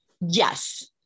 Yes